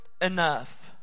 enough